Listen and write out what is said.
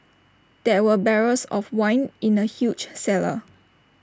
there were barrels of wine in the huge cellar